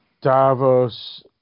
Davos